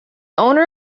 owner